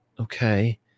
Okay